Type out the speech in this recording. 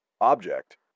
object